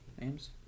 names